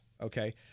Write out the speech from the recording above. Okay